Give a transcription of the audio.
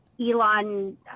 Elon